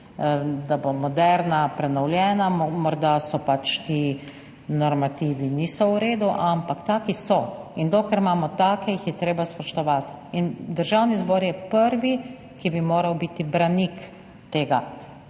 da bo moderna, prenovljena. Morda ti normativi niso v redu, ampak taki so in dokler imamo take, jih je treba spoštovati. Državni zbor je prvi, ki bi moral biti branik tega,